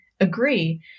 agree